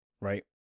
Right